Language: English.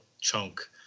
Chunk